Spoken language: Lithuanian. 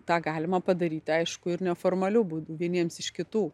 tą galima padaryti aišku ir neformaliu būdu vieniems iš kitų